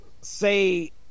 say